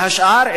והשאר,